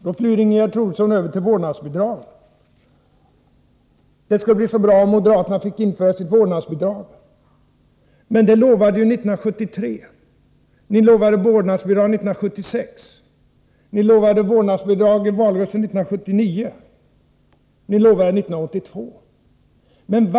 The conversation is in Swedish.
Då flyr Ingegerd Troedsson över till vårdnadsbidraget — det skulle bli så bra om moderaterna fick införa sitt vårdnadsbidrag. Men ni lovade ju vårdnadsbidrag år 1973, ni lovade det 1976, ni lovade det i valrörelsen 1979, och ni lovade det 1982.